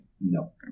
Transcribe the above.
No